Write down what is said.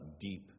deep